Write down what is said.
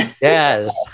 Yes